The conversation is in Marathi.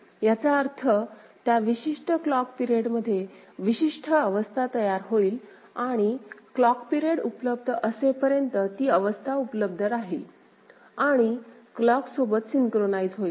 याचा अर्थ त्या विशिष्ट क्लॉक पिरियडमध्ये विशिष्ट अवस्था तयार होईल आणि क्लॉक पिरियड उपलब्ध असेपर्यंत ती अवस्था उपलब्ध राहील आणि क्लॉक सोबत सिन्क्रोनाईज होईल